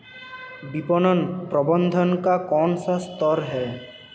विपणन प्रबंधन का कौन सा स्तर है?